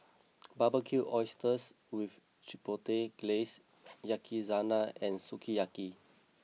Barbecued Oysters with Chipotle Glaze Yakizakana and Sukiyaki